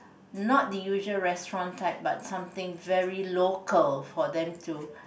not the usual restaurant type but something very local for them to